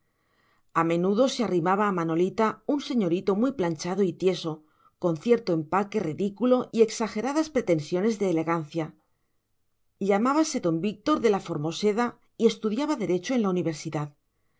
a menudo se arrimaba a manolita un señorito muy planchado y tieso con cierto empaque ridículo y exageradas pretensiones de elegancia llamábase don víctor de la formoseda y estudiaba derecho en la universidad